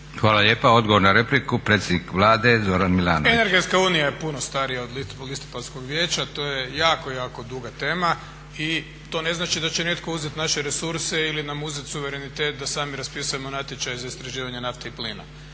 Hvala lijepo. Odgovor na repliku predsjednik Vlade Zoran Milanović. **Milanović, Zoran (SDP)** Energetska unija je puno starija od listopadskog vijeća, to je jako, jako duga tema i to ne znači da će netko uzeti naše resurse ili nam uzeti suverenitet da sami raspisujemo natječaj za istraživanje nafte i plina.